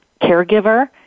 caregiver